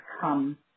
come